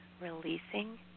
releasing